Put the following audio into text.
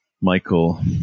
Michael